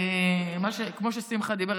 כמו ששמחה דיבר,